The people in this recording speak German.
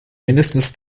mindestens